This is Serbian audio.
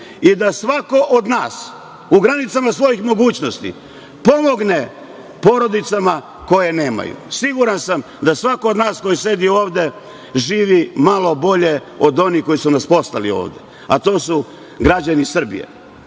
i da svako od nas u granicama svojih mogućnosti pomogne porodicama koje nemaju. Siguran sam da svako od nas koji sedi ovde živi malo bolje od onih koji su nas poslali ovde, a to su građani Srbije. Ja